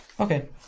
Okay